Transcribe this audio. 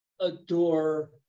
adore